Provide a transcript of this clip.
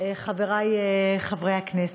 חברי חברי הכנסת,